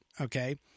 okay